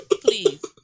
Please